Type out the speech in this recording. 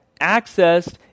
accessed